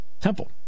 Temple